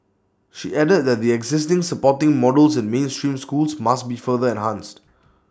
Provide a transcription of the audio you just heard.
she added that the existing supporting models in mainstream schools must be further enhanced